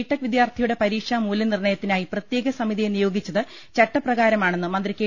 tech വിദ്യാർത്ഥിയുടെ പ്രീക്ഷാ മൂല്യ നിർണ്ണയത്തിനായി പ്രത്യേക സമിതിയെ നിയോഗിച്ചത് ചട്ട പ്രകാരമാണെന്ന് മന്ത്രി കെ